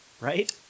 right